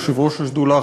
יושב-ראש השדולה,